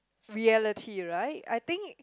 reality right I think